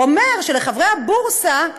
אומר שלחברי הבורסה,